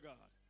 God